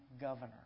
governor